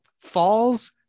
falls